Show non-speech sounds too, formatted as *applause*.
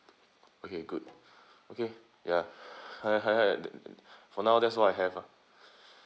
okay good okay ya *noise* for now that's all I have ah *breath*